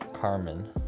Carmen